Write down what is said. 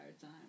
time